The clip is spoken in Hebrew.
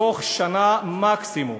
בתוך שנה מקסימום